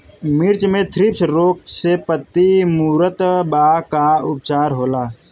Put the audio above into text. मिर्च मे थ्रिप्स रोग से पत्ती मूरत बा का उपचार होला?